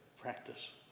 practice